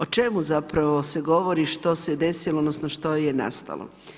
O čemu se govori, što se desilo odnosno što je nastalo?